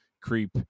creep